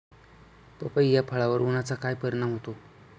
पपई या फळावर उन्हाचा काय परिणाम होतो?